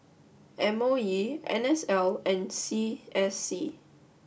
M O E N S L and C S C